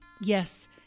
Yes